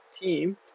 team